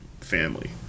family